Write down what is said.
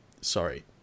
sorry